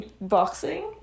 boxing